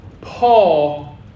Paul